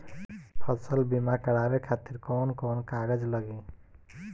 फसल बीमा करावे खातिर कवन कवन कागज लगी?